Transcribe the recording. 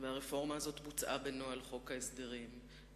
והרפורמה הזאת בוצעה בנוהל חוק ההסדרים,